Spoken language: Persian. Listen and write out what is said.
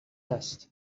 است